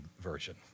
version